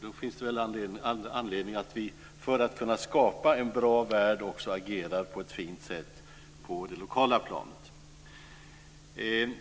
Då finns det väl all anledning att vi för att kunna skapa en bra värld också agerar på ett fint sätt på det lokala planet.